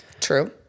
True